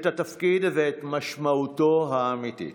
את התפקיד ואת משמעותו האמיתית.